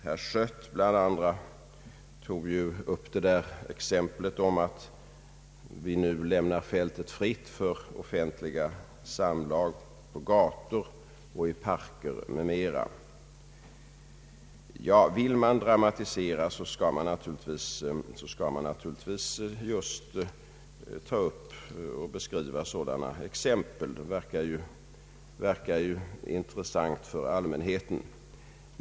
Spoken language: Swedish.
Herr Schött bland andra tog upp exemplet att vi nu lämnar fältet fritt för offentliga samlag i parker m.m. Vill man dramatisera skall man naturligtvis just ta upp och beskriva sådana exempel — det verkar ju intressant för allmänheten.